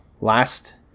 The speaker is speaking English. last